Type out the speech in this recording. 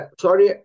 sorry